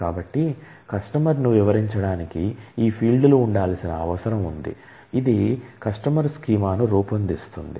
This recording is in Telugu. కాబట్టి కస్టమర్ను వివరించడానికి ఈ ఫీల్డ్లు ఉండాల్సిన అవసరం ఉంది ఇది కస్టమర్ స్కీమాను రూపొందిస్తుంది